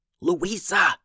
Louisa